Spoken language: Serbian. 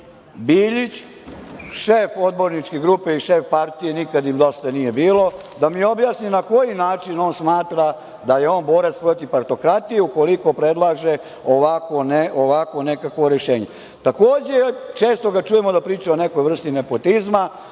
šef odborničke grupe i šef partije „Nikad im dosta nije bilo“, da mi objasni na koji način on smatra da je on borac protiv partokratije, ukoliko predlaže ovako nekakvo rešenje? Takođe, često ga čujemo da priča o nekoj vrsti nepotizma,